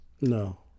No